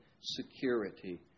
security